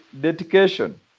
dedication